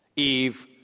Eve